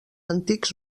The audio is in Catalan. antics